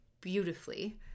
beautifully